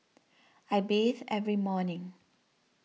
I bathe every morning